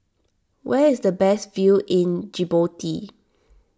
where is the best view in Djibouti